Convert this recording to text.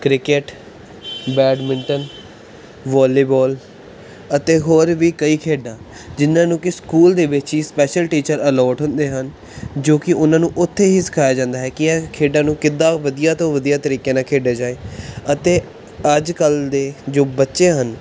cricket badminton volleyball ਅਤੇ ਹੋਰ ਵੀ ਕਈ ਖੇਡਾਂ ਜਿਨ੍ਹਾਂ ਨੂੰ ਕਿ ਸਕੂਲ ਦੇ ਵਿੱਚ ਹੀ ਸਪੈਸ਼ਲ ਟੀਚਰ ਅਲੋਟ ਹੁੰਦੇ ਹਨ ਜੋ ਕਿ ਉਨ੍ਹਾਂ ਨੂੰ ਉੱਥੇ ਹੀ ਸਿਖਾਇਆ ਜਾਂਦਾ ਹੈ ਕਿ ਇਹ ਖੇਡਾਂ ਨੂੰ ਕਿੱਦਾਂ ਵਧੀਆ ਤੋਂ ਵਧੀਆ ਤਰੀਕੇ ਨਾਲ ਖੇਡਿਆ ਜਾਵੇ ਅਤੇ ਅੱਜ ਕੱਲ੍ਹ ਦੇ ਜੋ ਬੱਚੇ ਹਨ